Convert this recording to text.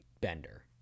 bender